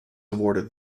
awarded